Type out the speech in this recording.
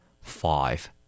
Five